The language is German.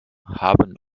haben